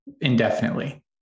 indefinitely